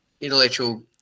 intellectual